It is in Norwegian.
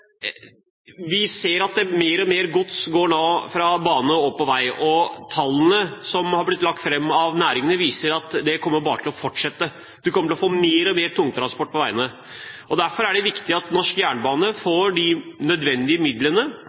vi nå ser at mer og mer gods går fra bane og over på vei, og tallene som har blitt lagt fram av næringene, viser at dette bare kommer til å fortsette; vi kommer til å få mer og mer tungtransport på veiene. Derfor er det viktig at norsk jernbane får de midlene